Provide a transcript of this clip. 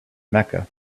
mecca